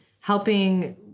helping